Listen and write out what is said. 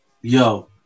yo